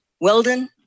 Weldon